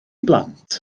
blant